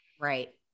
Right